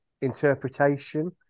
interpretation